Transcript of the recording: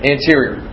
Anterior